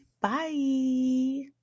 Bye